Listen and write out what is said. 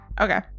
okay